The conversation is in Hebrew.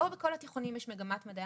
לא בכת בתי הספר התיכוניים יש מגמת מדעי